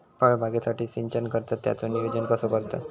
फळबागेसाठी सिंचन करतत त्याचो नियोजन कसो करतत?